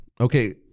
Okay